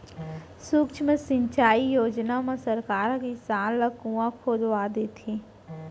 सुक्ष्म सिंचई योजना म सरकार ह किसान ल कुँआ खोदवा देथे